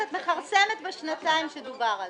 את מכרסמת בשנתיים שדובר עליהן.